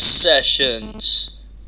sessions